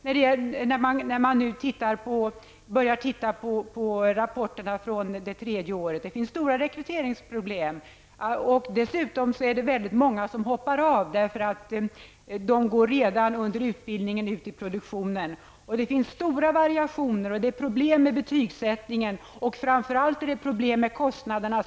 Det framgår när man tittar på rapporterna från det tredje året. Dessutom är det väldigt många som hoppar av, därför att de går ut i produktionen redan under utbildningen. Det finns stora variationer, och det är problem med betygsättningen. Framför allt är det problem med kostnaderna.